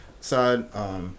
side